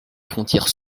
frontière